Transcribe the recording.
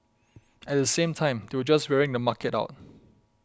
at the same time they were just wearing the market out